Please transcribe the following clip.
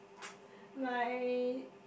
my